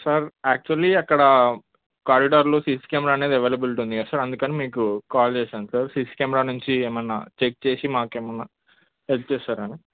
sir actually అక్కడ కారిడార్లో CC camera అనేది అవైలబిలిటీ ఉంది కదా సార్ అందుకని మీకు కాల్ చేసాను సార్ సీసీ కెమెరా నుంచి ఏమైనా చెక్ చేసి మాకు ఏమైనా హెల్ప్ చేస్తారని